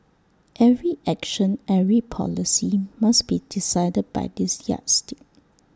every action every policy must be decided by this yardstick